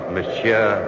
Monsieur